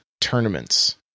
tournaments